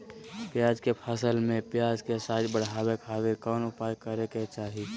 प्याज के फसल में प्याज के साइज बढ़ावे खातिर कौन उपाय करे के चाही?